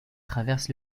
traverse